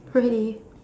pretty